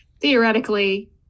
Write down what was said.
theoretically